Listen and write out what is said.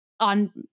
on